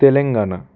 Telangana